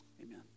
Amen